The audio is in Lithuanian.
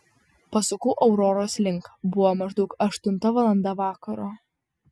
pasukau auroros link buvo maždaug aštunta valanda vakaro